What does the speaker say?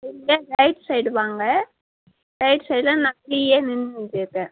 இதிலே right side வாங்க right சைடில் நான் கீழேயே நின்றுன்னுக்குறேன்